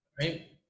Right